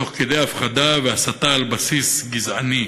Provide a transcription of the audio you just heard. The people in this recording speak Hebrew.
תוך כדי הפחדה והסתה על בסיס גזעני.